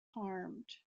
harmed